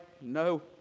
no